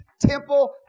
temple